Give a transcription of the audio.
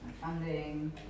funding